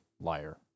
Liar